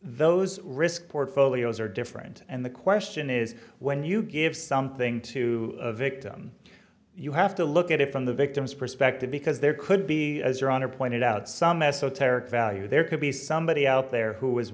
those risk portfolios are different and the question is when you give something to a victim you have to look at it from the victim's perspective because there could be as your honor pointed out some esoteric value there could be somebody out there who was